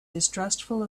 distrustful